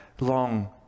long